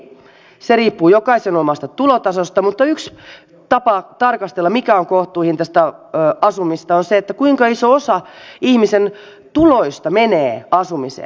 se riippuu jokaisen omasta tulotasosta mutta yksi tapa tarkastella sitä mikä on kohtuuhintaista asumista on se kuinka iso osa ihmisen tuloista menee asumiseen